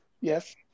Yes